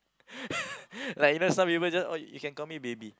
like you know some people just oh you can call me baby